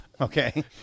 Okay